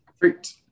Great